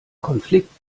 konflikt